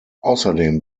außerdem